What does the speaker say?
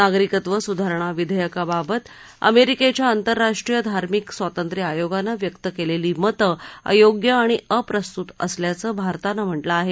नागरिकत्व सुधारणा विधेयकाबाबत अमेरिकेच्या आंतरराष्ट्रीय धार्मिक स्वातंत्र्य आयोगाने व्यक्त केलेली मतं अयोग्य आणि अप्रस्तूत असल्याचं भारतानं म्हटलं आहे